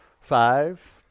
Five